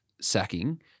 sacking